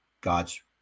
God's